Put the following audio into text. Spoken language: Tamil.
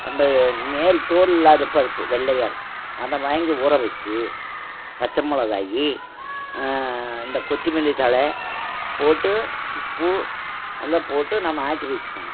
அந்த மேல் தோல் இல்லாத பருப்பு வெள்ளையாக இருக்கும் அதை வாங்கி ஊற வச்சு பச்சை மிளகாயி இந்த கொத்தமல்லி தழை போட்டு உப்பு நல்லா போட்டு நம்ம ஆட்டி வச்சிக்கணும்